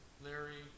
Larry